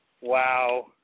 Wow